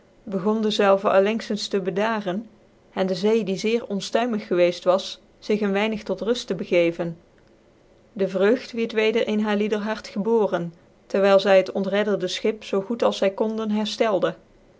begon dezelve ailcnxkcns tc bedaren en de zee die zeer onfhiymig gewceft was zig een weinig tot ruft tc begeevcn dc vreugd wierd weder in haar liedcr hard gebooren tcru yl zy het ontredderde schip zoo goed als zy konden